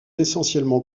essentiellement